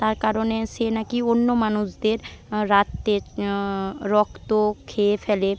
তার কারণে সে নাকি অন্য মানুষদের রাত্রে রক্ত খেয়ে ফেলে